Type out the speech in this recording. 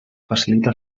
facilita